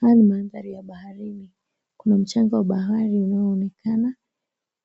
Haya ni mandhari ya baharini. Kuna mchanga wa bahari unaoonekana